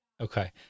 Okay